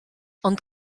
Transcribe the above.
ond